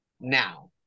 now